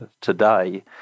today